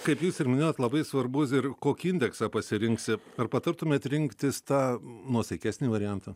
kaip jūs ir minėjot labai svarbus ir kokį indeksą pasirinksi ar patartumėt rinktis tą nuosaikesnį variantą